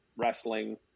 wrestling